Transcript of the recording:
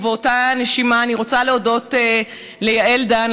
באותה נשימה אני רוצה להודות ליעל דן,